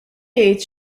jgħid